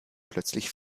plötzlich